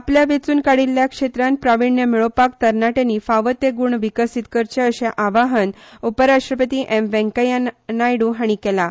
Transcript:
आपल्या वेंचून काडिल्ल्या मळार प्राविण्य मेळोवपाक तरणाट्यांनी फावो ते गूण विकसीत करचें अशें आवाहन उपरराष्ट्रपती एम वेंकय्या नायडू हांणी केलां